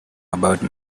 about